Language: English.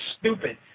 stupid